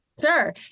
sure